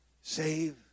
save